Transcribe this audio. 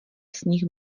sníh